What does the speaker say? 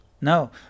No